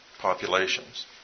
populations